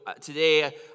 today